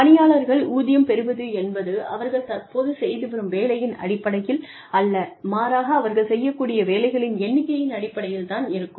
பணியாளர்கள் ஊதியம் பெறுவது என்பது அவர்கள் தற்போது செய்து வரும் வேலையின் அடிப்படையில் அல்ல மாறாக அவர்கள் செய்யக்கூடிய வேலைகளின் எண்ணிக்கையின் அடிப்படையில் தான் இருக்கும்